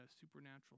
supernatural